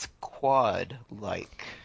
quad-like